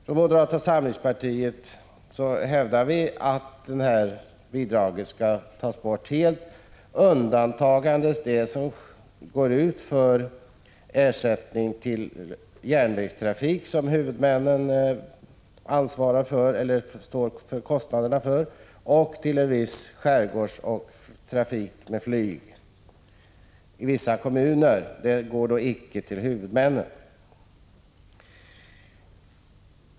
Från moderata samlingspartiet hävdar vi att det här bidraget skall helt tas bort, med undantag av den del som utgör ersättning för järnvägstrafik där huvudmännen står för kostnaderna och för viss skärgårdstrafik med flyg. I vissa kommuner går bidraget inte till huvudmännen.